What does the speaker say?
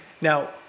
Now